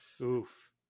Oof